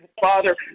Father